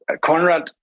Conrad